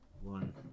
one